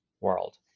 world